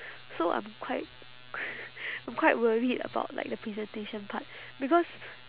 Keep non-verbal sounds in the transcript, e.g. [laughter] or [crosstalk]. so I'm quite [noise] I'm quite worried about like the presentation part because